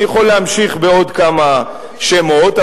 אני יכול להמשיך בעוד כמה שמות.